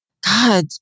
God